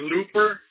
Looper